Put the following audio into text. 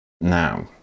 Now